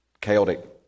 chaotic